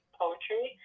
poetry